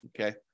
Okay